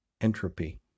entropy